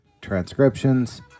transcriptions